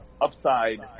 upside